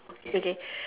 okay